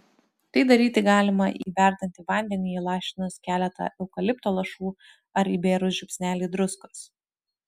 tai daryti galima į verdantį vandenį įlašinus keletą eukalipto lašų ar įbėrus žiupsnelį druskos